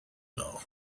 now